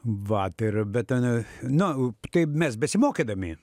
vat ir bet ten nu tai mes besimokydami